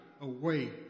away